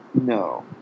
No